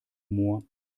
moor